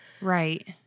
Right